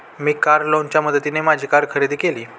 मी car लोनच्या मदतीने माझी कार खरेदी केली